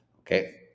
okay